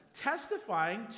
testifying